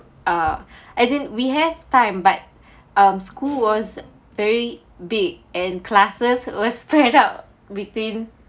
uh as in we have time but um school was very big and classes were spread out between